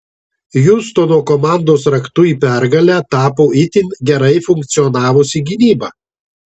hjustono komandos raktu į pergalę tapo itin gerai funkcionavusi gynyba